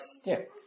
stick